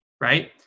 right